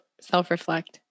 self-reflect